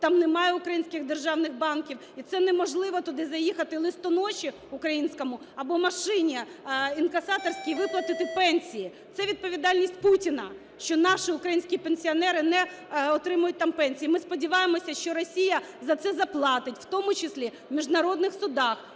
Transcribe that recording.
там немає українських державних банків і це неможливо туди заїхати листоноші українському або машині інкасаторській, виплатити пенсії. Це відповідальність Путіна, що наші українські пенсіонери не отримують там пенсії. Ми сподіваємося, що Росія за це заплатить, в тому числі в міжнародних судах